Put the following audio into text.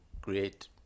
create